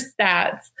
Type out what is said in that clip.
stats